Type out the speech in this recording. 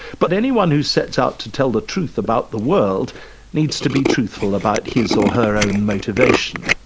but anyone who sets out to tell the truth about the world needs to be truthful about his or her own motivation.